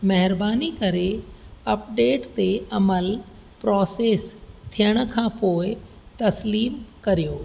महिरबानी करे अपडेट ते अमलि प्रोसेस थियण खां पोइ तस्लीमु करियो